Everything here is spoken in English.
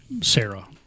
Sarah